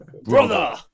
brother